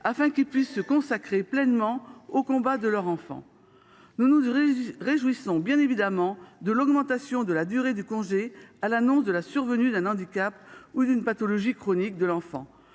afin qu’ils puissent se consacrer pleinement au combat de leur enfant. Nous nous réjouissons évidemment de l’augmentation de la durée du congé pour l’annonce du handicap ou d’une pathologie d’un enfant.